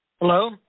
Hello